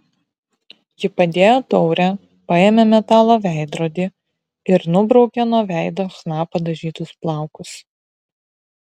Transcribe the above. ji padėjo taurę paėmė metalo veidrodį ir nubraukė nuo veido chna padažytus plaukus